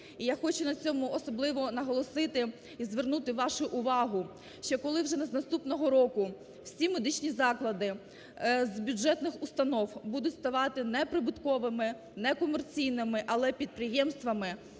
І я хочу на цьому особливо наголосити, і звернути вашу увагу, що коли вже з наступного року всі медичні заклади з бюджетних установ будуть ставати не прибутковими, не комерційними, але підприємствами,